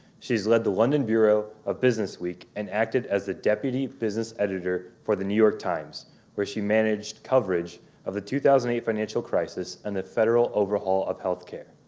she's led the london bureau of business week and acted as a deputy business editor for the new york times where she managed coverage of the two thousand and eight financial crisis and the federal overhaul of healthcare.